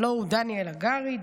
הלוא הוא דניאל הגרי,